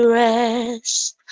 rest